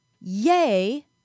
yay